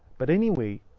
but anyway,